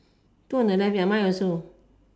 two on the left ya mine also